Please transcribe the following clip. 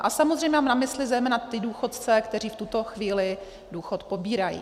A samozřejmě mám na mysli zejména ty důchodce, kteří v tuto chvíli důchod pobírají.